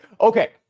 okay